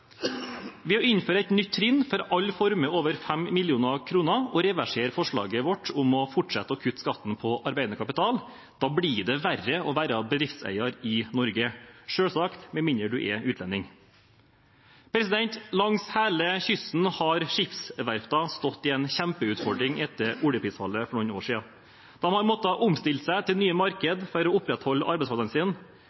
ved å innføre et nytt trinn for all formue over 5 mill. kr og reversere forslaget vårt om å fortsette å kutte skatten på arbeidende kapital. Da blir det verre å være bedriftseier i Norge – med mindre du er utlending, selvsagt. Langs hele kysten har skipsverftene stått med en kjempeutfordring etter oljeprisfallet for noen år siden. Man har måttet omstille seg til nye